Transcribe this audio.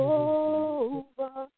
over